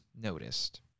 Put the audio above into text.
noticed